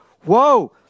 whoa